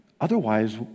Otherwise